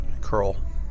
curl